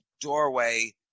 doorway